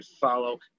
follow